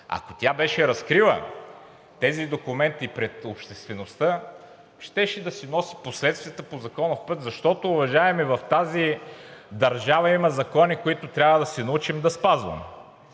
ако беше разкрила тези документи пред обществеността, тя щеше да си носи последствията по законов път, защото, уважаеми, в тази държава има закони, които трябва да се научим да спазваме.